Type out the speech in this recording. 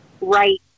right